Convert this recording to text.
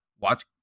watch